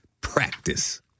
practice